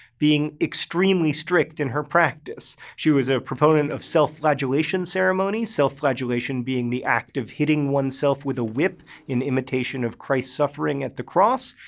being extremely strict in her practice. she was a proponent of self-flagellation ceremonies self-flagellation being the act of hitting one's self with a whip in imitation of christ's suffering at the cross.